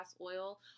oil